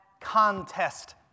contest